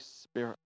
Spirit